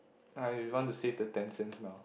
I want to save the ten cents now